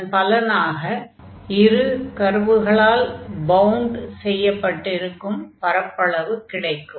அதன் பலனாக இரு கர்வுகளால் பவுண்ட் செய்யப்பட்டிருக்கும் பரப்பளவு கிடைக்கும்